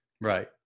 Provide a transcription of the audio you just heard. right